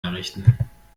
errichten